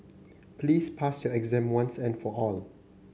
please pass your exam once and for all